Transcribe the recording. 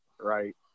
right